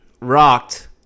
rocked